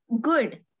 good